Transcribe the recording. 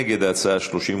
נגד ההצעה,